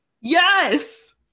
Yes